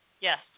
Yes